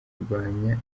kurwanya